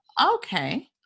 Okay